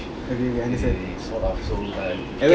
okay okay understand